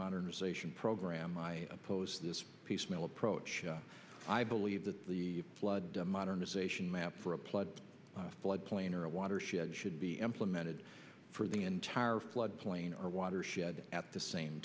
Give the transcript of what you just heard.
modernization program i oppose this piecemeal approach i believe that the flood modernization map for applied flood plain or a watershed should be implemented for the entire floodplain or watershed the same